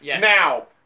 Now